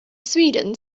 sweden